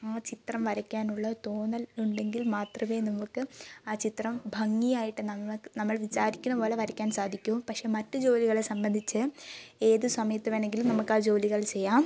ആ ചിത്രം വരയ്ക്കാനുള്ള തോന്നൽ ഉണ്ടെങ്കിൽ മാത്രമേ നമുക്ക് ആ ചിത്രം ഭംഗിയായിട്ട് നമ്മൾ വിചാരിക്കുന്നതുപോലെ വരയ്ക്കാൻ സാധിക്കൂ പക്ഷേ മറ്റു ജോലികളെ സംബന്ധിച്ച് ഏത് സമയത്ത് വേണമെങ്കിലും നമുക്ക് ആ ജോലികൾ ചെയ്യാം